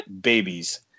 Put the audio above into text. babies